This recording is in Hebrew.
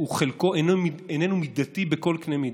חלקו איננו מידתי בכל קנה מידה.